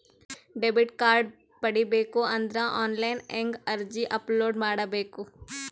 Debit card ಪಡಿಬೇಕು ಅಂದ್ರ online ಹೆಂಗ್ ಅರ್ಜಿ ಅಪಲೊಡ ಮಾಡಬೇಕು?